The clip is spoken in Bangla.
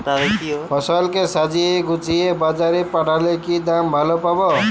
ফসল কে সাজিয়ে গুছিয়ে বাজারে পাঠালে কি দাম ভালো পাব?